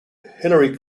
hillary